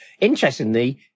Interestingly